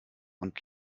und